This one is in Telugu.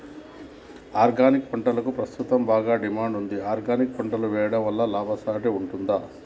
ఆర్గానిక్ పంటలకు ప్రస్తుతం బాగా డిమాండ్ ఉంది ఆర్గానిక్ పంటలు వేయడం వల్ల లాభసాటి ఉంటుందా?